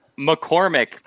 McCormick